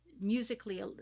musically